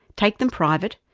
take them private,